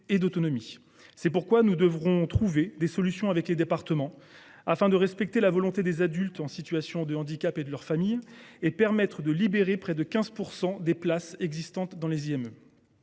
C’est pourquoi nous devrons trouver des solutions avec les départements afin de respecter la volonté des adultes en situation de handicap et de leurs familles et ainsi de libérer près de 15 % des places existantes dans les